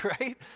Right